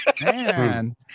Man